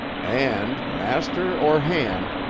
and, master or hand,